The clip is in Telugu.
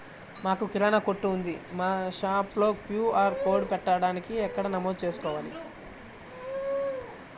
మాకు కిరాణా కొట్టు ఉంది మా షాప్లో క్యూ.ఆర్ కోడ్ పెట్టడానికి ఎక్కడ నమోదు చేసుకోవాలీ?